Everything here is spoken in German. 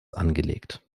angelegt